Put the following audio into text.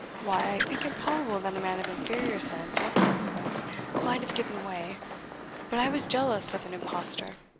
why, i think it probable that a man of inferior sense or consequence might have given way but i was jealous of an imposture,